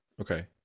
okay